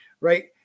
right